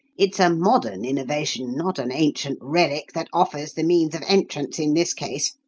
it's a modern innovation, not an ancient relic, that offers the means of entrance in this case.